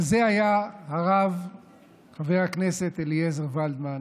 כזה היה הרב חבר הכנסת אליעזר ולדמן,